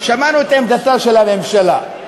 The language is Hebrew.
שמענו את עמדתה של הממשלה,